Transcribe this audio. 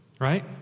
Right